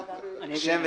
תודה.